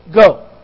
Go